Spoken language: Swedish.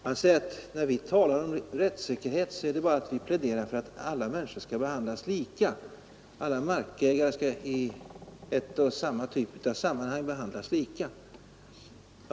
Han säger: När vi talar om rättssäkerhet pläderar vi bara för att alla människor skall behandlas lika: alla markägare skall i en och samma typ av sammanhang behandlas lika.